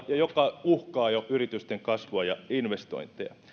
ja alueella joka uhkaa jo yritysten kasvua ja investointeja